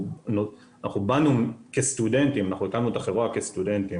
אנחנו הקמנו את החברה כסטודנטים,